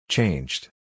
Changed